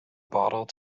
bottle